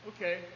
Okay